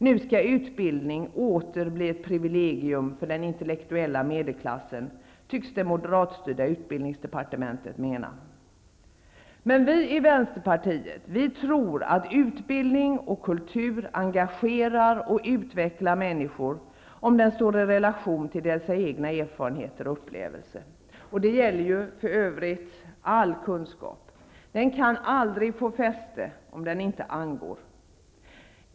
Nu skall utbildning åter bli ett privilegium för den intellektuella medelklassen, tycks det moderatstyrda utbildningsdepartementet mena. Vi i Vänsterpartiet tror att utbildning och kultur engagerar och utvecklar människor, om den står i relation till deras egna erfarenheter och upplevelser. Det gäller ju för övrigt all kunskap. Den kan aldrig få fäste om den inte angår.